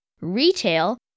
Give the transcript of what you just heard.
retail